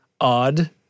odd